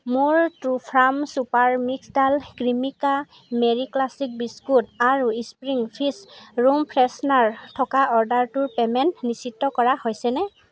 মোৰ ট্ৰুফ্ৰাম super mix dal Cremica Marie classic biscuit আৰু স্প্ৰীং ফিষ্ট ৰুম ফ্ৰেছনাৰ থকা অৰ্ডাৰটোৰ পে'মেণ্ট নিশ্চিত কৰা হৈছেনে